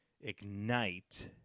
ignite